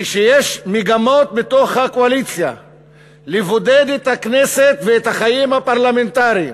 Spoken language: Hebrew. כשיש מגמות בתוך הקואליציה לבודד את הכנסת ואת החיים הפרלמנטריים,